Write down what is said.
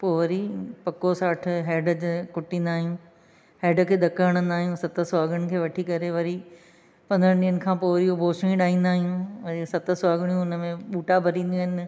पोइ वरी पको साठ हेड त कुटींदा आहियूं हेड खे धक हणंदा आहियूं सत सुहागण खे वठी करे वरी पंद्रहनि ॾींहंनि पोइ वरी बोछिणी ॾाईंदा आहियूं वरी सत सुहागिणीयूं हुन में बूटा भरंदियूं आहिनि